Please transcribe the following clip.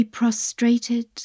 Prostrated